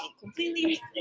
completely